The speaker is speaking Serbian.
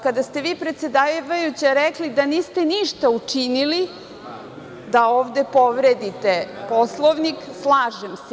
Kada ste bi predsedavajuća rekli da niste ništa učinili da ovde povredite Poslovnik, slažem se.